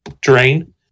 drain